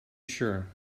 sure